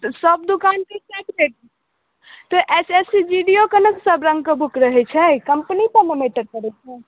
तऽ सभ दुकान के किए कि रेट तऽ S S C G D O के अलग सभ रङ्ग के बुक रहै छै कम्पनी नऽ मेटर करै छै